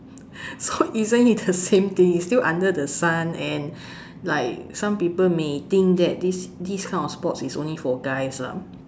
so isn't it the same thing it's still under the sun and like some people may think that this this kind of sports is only for guys lah